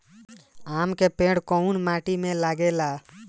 आम के पेड़ कोउन माटी में लागे ला?